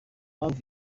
impamvu